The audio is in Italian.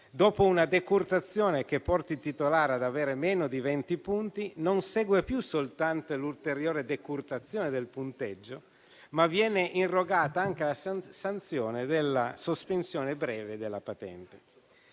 dopo una decurtazione che porti il titolare ad avere meno di 20 punti, non segue più soltanto l'ulteriore decurtazione del punteggio, ma viene irrogata anche la sanzione della sospensione breve della patente.